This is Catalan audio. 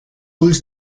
ulls